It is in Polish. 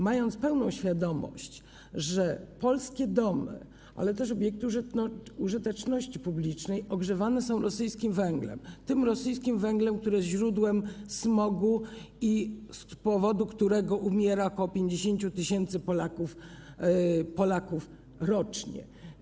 Trzeba mieć pełną świadomość, że polskie domy, ale też obiekty użyteczności publicznej ogrzewane są rosyjskim węglem, tym rosyjskim węglem, który jest źródłem smogu i z powodu którego umiera ok. 50 tys. Polaków rocznie.